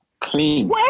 Clean